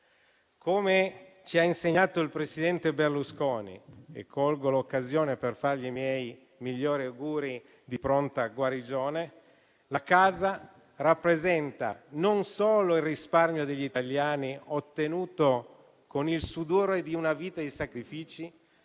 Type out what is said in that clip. Come ci ha insegnato il presidente Berlusconi - e colgo l'occasione per fargli i miei migliori auguri di pronta guarigione - la casa rappresenta non solo il risparmio degli italiani ottenuto con il sudore di una vita di sacrifici,